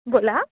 बोला